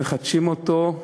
מחדשים אותו.